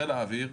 חיל האוויר,